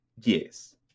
Yes